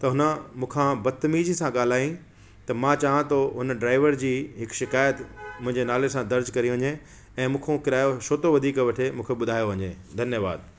त हुन मूंखां बदतमीज़ी सां ॻाल्हाईं त मां चाहिहां थो हुन ड्राइवर जी हिक शिकाइत मुंहिंजे नाले सां दर्ज़ करी वञे ऐं मूंखां किरायो छो थो वधीक वठे मूंखे ॿुधायो वञे धन्यवादु